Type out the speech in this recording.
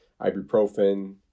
ibuprofen